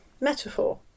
metaphor